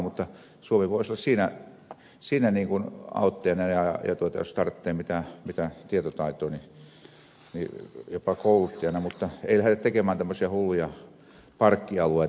mutta suomi voisi olla siinä niin kuin auttajana jos tarvitaan mitä tietotaitoa jopa kouluttajana mutta ei lähdetä tekemään tämmöisiä hulluja parkkialueita